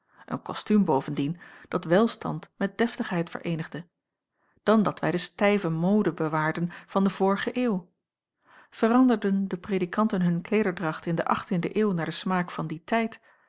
een kostuum bovendien dat welstand met deftigheid vereenigde dan dat wij de stijve mode bewaarden van de vorige eeuw veranderden de predikanten hun kleederdracht in de achttiende eeuw naar den smaak van dien tijd